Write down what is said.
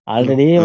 Already